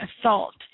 assault